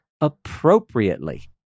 appropriately